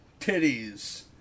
Titties